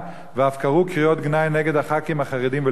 ואף קראו קריאות גנאי נגד הח"כים החרדים,